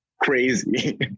crazy